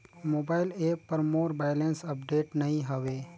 mobile app पर मोर balance update नई हवे